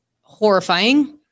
horrifying